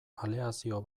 aleazio